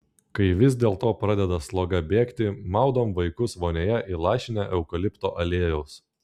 kai vis dėlto pradeda sloga bėgti maudom vaikus vonioje įlašinę eukalipto aliejaus